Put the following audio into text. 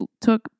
took